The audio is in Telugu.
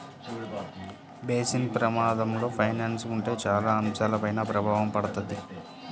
బేసిస్ ప్రమాదంలో ఫైనాన్స్ ఉంటే చాలా అంశాలపైన ప్రభావం పడతది